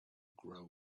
grow